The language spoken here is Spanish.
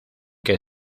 que